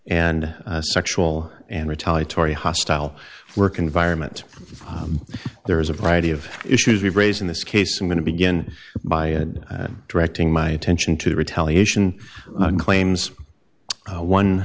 and sexual and retaliatory hostile work environment there is a variety of issues raised in this case i'm going to begin by directing my attention to the retaliation claims